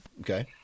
Okay